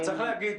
אבל צריך להגיד,